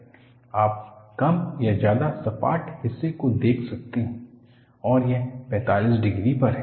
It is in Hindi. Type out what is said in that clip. आप कम या ज्यादा सपाट हिस्से को देख सकते हैं और यह 45 डिग्री पर है